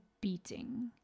beating